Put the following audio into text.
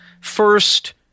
first